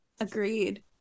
Agreed